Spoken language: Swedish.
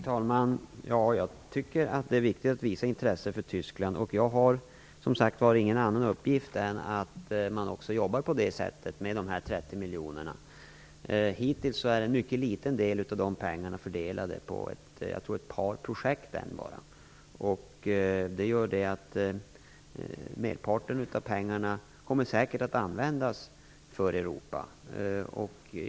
Fru talman! Jag tycker att det är viktigt att visa intresse för Tyskland. Jag har ingen annan uppgift än att man också jobbar på det sättet med dessa 30 miljoner kronor. Hittills är en mycket liten del av dessa pengar fördelade. Jag tror att det är ett par projekt. Det gör att merparten av pengarna säkert kommer att användas för Europa.